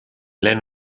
lehen